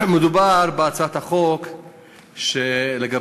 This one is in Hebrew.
מדובר בהצעת החוק באזרח